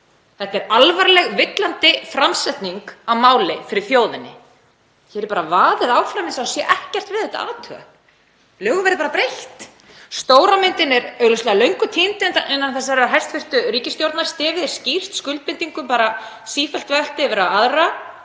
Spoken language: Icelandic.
Þetta er alvarleg, villandi framsetning á máli fyrir þjóðinni. Hér er bara vaðið áfram eins og það sé ekkert við þetta að athuga, lögum verði bara breytt. Stóra myndin er augljóslega löngu týnd innan þessarar hæstv. ríkisstjórnar, stefið er skýrt: Skuldbindingum bara sífellt velt yfir á aðra,